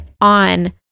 on